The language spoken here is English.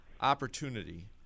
opportunity